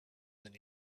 than